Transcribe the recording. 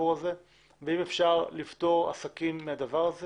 אם אפשר לפטור עסקים מהדבר הזה,